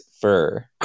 fur